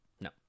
No